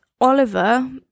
Oliver